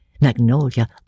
Magnolia